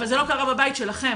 אבל זה לא קרה בבית שלכם,